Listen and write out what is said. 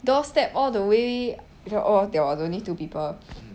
doorstep all the way they're all there was only two people